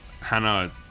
Hannah